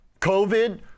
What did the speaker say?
COVID